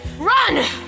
Run